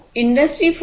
industry 4